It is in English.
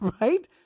Right